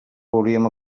hauríem